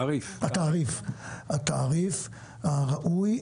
התעריף הראוי.